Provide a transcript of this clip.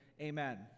amen